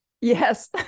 Yes